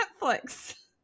netflix